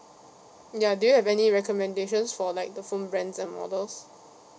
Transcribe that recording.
ya do you have any recommendations for like the phone brands and models